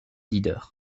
leader